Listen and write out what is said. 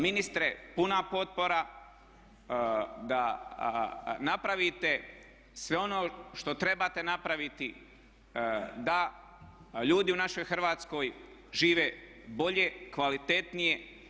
Ministre, puna potpora da napravite sve ono što trebate napraviti da ljudi u našoj Hrvatskoj žive bolje, kvalitetnije.